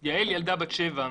יעל, ילדה בת 7,